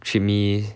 treat me